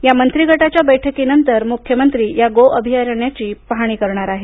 या मंत्री गटाच्या बैठकीनंतर मुख्यमंत्री या गो अभयारण्याची पाहणी करणार आहेत